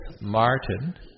Martin